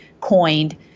coined